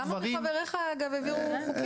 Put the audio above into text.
אגב, כמה מחבריך דווקא הצליחו להעביר חוקים.